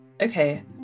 okay